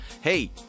Hey